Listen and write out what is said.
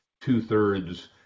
two-thirds